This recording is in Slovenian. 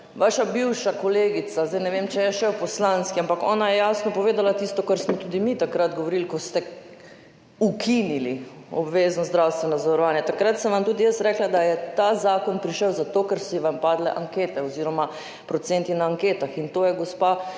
Vaša bivša kolegica, ne vem, če je zdaj še v poslanski, ampak ona je jasno povedala tisto, kar smo tudi mi takrat govorili, ko ste ukinili obvezno zdravstveno zavarovanje. Takrat sem vam tudi jaz rekla, da je ta zakon prišel zato, ker so vam padle ankete oziroma procenti na anketah in to je gospa